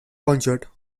concert